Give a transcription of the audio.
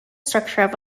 structure